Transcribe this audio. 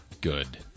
Good